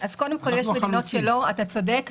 קודם כול, יש מדינות שלא ממסות, אתה צודק.